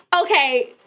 Okay